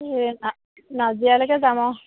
এই নাজিৰালৈকে যাম আৰু